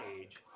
age